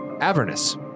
Avernus